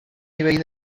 nivell